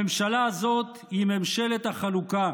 הממשלה הזאת היא ממשלת החלוקה,